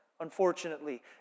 unfortunately